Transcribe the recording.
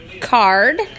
card